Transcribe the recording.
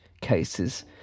cases